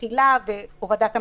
האכילה והורדת המסכות,